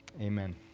Amen